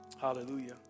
Hallelujah